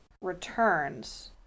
returns